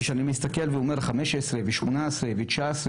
כשאני מסתכל ואומר 15' ו-18' ו-19',